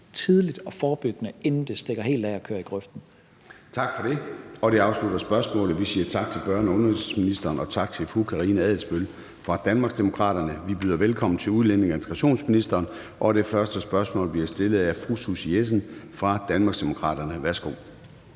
tidligt og forebyggende, inden det stikker helt af og kører i grøften. Kl. 14:10 Formanden (Søren Gade): Tak for det. Det afslutter spørgsmålet. Vi siger tak til børne- og undervisningsministeren og tak til fru Karina Adsbøl fra Danmarksdemokraterne. Vi byder velkommen til udlændinge- og integrationsministeren, og det første spørgsmål bliver stillet af fru Susie Jessen fra Danmarksdemokraterne. Kl.